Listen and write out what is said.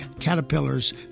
caterpillars